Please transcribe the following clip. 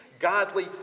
Godly